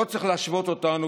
לא צריך להשוות אותנו,